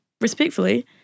respectfully